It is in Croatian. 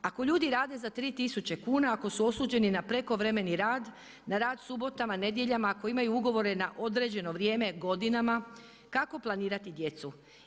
Ako ljudi rade za 3000 kuna, ako su osuđeni na prekovremeni rad, na rad subotama, nedjeljama, ako imaju ugovore na određeno vrijeme, godinama, kako planirati djecu.